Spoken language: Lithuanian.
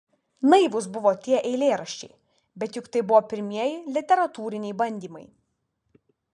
naivūs buvo tie eilėraščiai bet juk tai buvo pirmieji literatūriniai bandymai